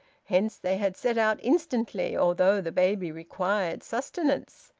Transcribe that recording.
hence they had set out instantly, although the baby required sustenance